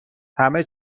همه